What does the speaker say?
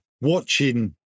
watching